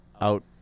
out